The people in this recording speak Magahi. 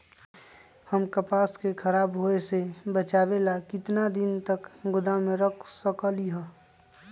हम कपास के खराब होए से बचाबे ला कितना दिन तक गोदाम में रख सकली ह?